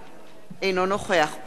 אינו נוכח אופיר אקוניס,